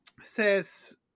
says